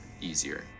easier